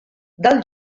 del